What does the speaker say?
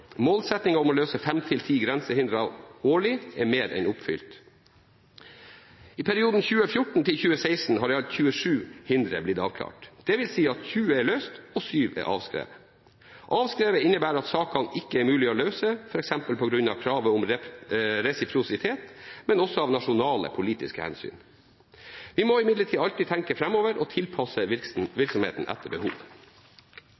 Målsettingen om å løse 5–10 grensehindre årlig er mer enn oppfylt. I perioden 2014–2016 har i alt 27 hindre blitt avklart, dvs. at 20 er løst og 7 er avskrevet. At de er avskrevet, innebærer at sakene ikke er mulige å løse, f.eks. på grunn av kravet om resiprositet, men også av nasjonale politiske hensyn. Vi må imidlertid alltid tenke framover og tilpasse